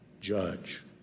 judge